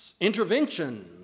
Intervention